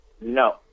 No